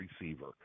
receiver